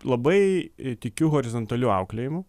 labai tikiu horizontaliu auklėjimu